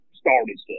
started